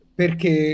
perché